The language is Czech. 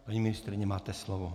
Paní ministryně, máte slovo.